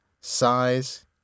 size